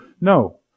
No